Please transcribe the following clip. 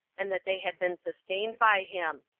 and that they had been sustained by him.